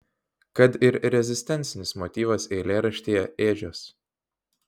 kad ir rezistencinis motyvas eilėraštyje ėdžios